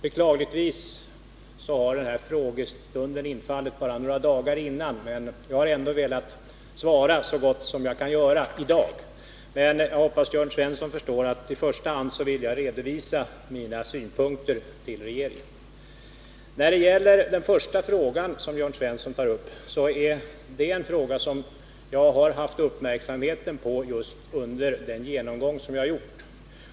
Beklagligtvis har den här frågestunden infallit bara några dagar dessförinnan, men jag har ändå velat svard så gott jag kunnat göra det i dag. Jag hoppas Jörn Svensson förstår att jag vill redovisa mina synpunkter i första hand för regeringen. Den första fråga som Jörn Svensson tar upp är en fråga som jag har haft uppmärksamheten på just under den genomgång som jag har gjort.